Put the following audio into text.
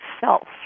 self